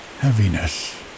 heaviness